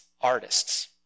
artists